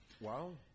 Wow